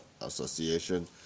association